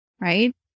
right